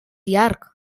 llarg